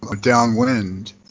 downwind